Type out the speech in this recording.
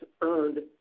earned